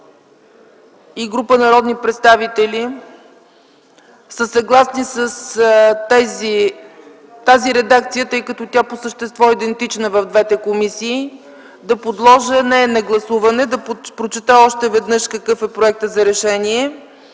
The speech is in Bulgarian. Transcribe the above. и група народни представители, са съгласни с тази редакция, тъй като тя по същество е идентична за двете комисии, да подложа нея на гласуване. Ще прочета още веднъж проекта за решение: